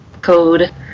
code